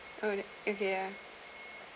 oh if their